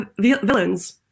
Villains